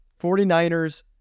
49ers